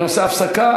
אני נועל את הישיבה.